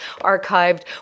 archived